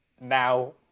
now